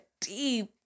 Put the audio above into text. deep